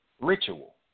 Ritual